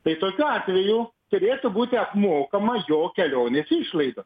tai tokiu atveju turėtų būti apmokama jo kelionės išlaido